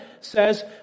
says